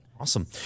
Awesome